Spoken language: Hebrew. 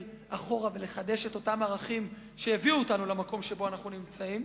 אחורה ולחדש את אותם ערכים שהביאו אותנו למקום שבו אנחנו נמצאים,